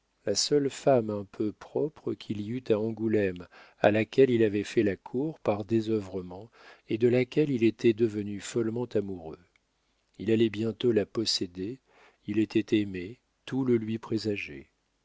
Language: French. la seule femme un peu propre qu'il y eût à angoulême à laquelle il avait fait la cour par désœuvrement et de laquelle il était devenu follement amoureux il allait bientôt la posséder il était aimé tout le lui présageait